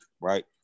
Right